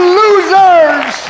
losers